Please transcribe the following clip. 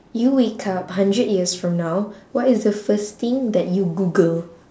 you wake up hundred years from now what is the first thing that you google